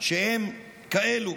שהם כאלה.